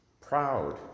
proud